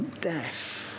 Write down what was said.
death